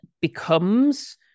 becomes